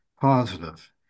positive